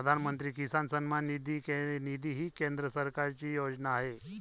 प्रधानमंत्री किसान सन्मान निधी ही केंद्र सरकारची योजना आहे